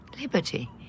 liberty